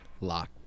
Lock